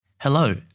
Hello